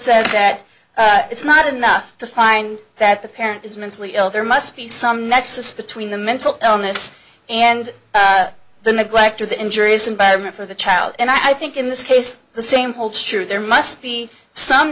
said that it's not enough to find that the parent is mentally ill there must be some nexus between the mental illness and the neglect or the injuries environment for the child and i think in this case the same holds true there must be some